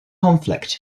conflict